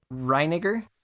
Reiniger